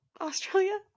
Australia